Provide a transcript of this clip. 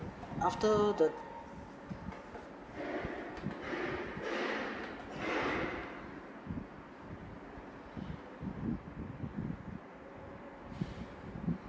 after the